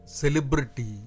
celebrity